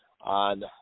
on